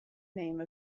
name